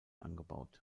angebaut